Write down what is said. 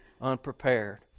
unprepared